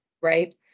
right